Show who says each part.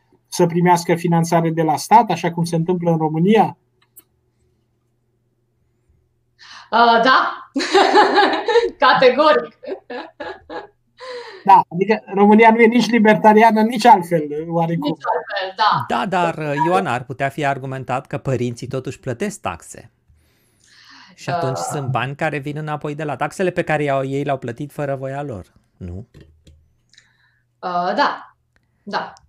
Speaker 1: să primească finanțare de la stat, așa cum se întâmplă în România?
Speaker 2: Ă, da. Categoric.
Speaker 1: Da, adică România nu e nici libertariană, nici altfel, oarecum.
Speaker 2: Nici altfel, da.
Speaker 3: Da, dar, Ioana, ar putea fi argumentat că părinții totuși plătesc taxe. Și atunci
Speaker 2: Ă,
Speaker 3: sunt bani care vin înapoi de la taxele pe care i-au- ei le-au plătit fără voia lor, nu?
Speaker 2: Ă, da. Da.